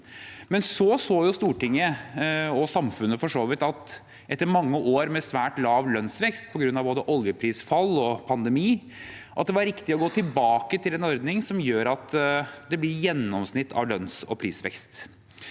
deretter så Stortinget og samfunnet for så vidt at det etter mange år med svært lav lønnsvekst på grunn av både oljeprisfall og pandemi var riktig å gå tilbake til en ordning som gjør at det blir et gjennomsnitt av lønns- og prisvekst.